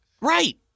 right